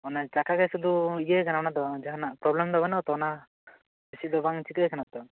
ᱚᱱᱟ ᱪᱟᱠᱟᱜᱮ ᱥᱩᱫᱷᱩ ᱤᱭᱟᱹ ᱟᱠᱟᱱᱟ ᱚᱱᱟᱫᱚ ᱡᱟᱦᱟᱱᱟᱜ ᱯᱨᱚᱵᱞᱮᱢ ᱫᱚ ᱵᱟᱱᱩᱜᱼᱟ ᱛᱚ ᱚᱱᱟ ᱵᱮᱥᱤ ᱫᱚ ᱵᱟᱝ ᱪᱤᱠᱟᱹ ᱟᱠᱟᱱᱟᱛᱚ